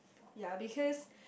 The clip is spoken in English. ya because